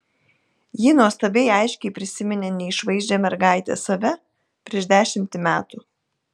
ji nuostabiai aiškiai prisiminė neišvaizdžią mergaitę save prieš dešimtį metų